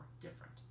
different